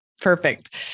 Perfect